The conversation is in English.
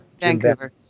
Vancouver